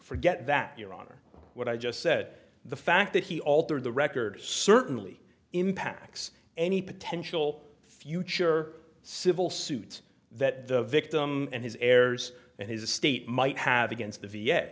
forget that your honor what i just said the fact that he altered the record certainly impacts any potential future civil suits that the victim and his heirs and his estate might have against the v